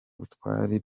utwari